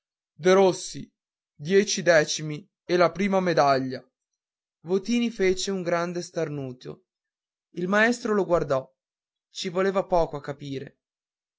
dell'esame derossi dieci decimi e la prima medaglia votini fece un grande starnuto il maestro lo guardò ci voleva poco a capire